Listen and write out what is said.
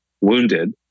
wounded